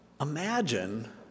Imagine